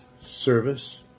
service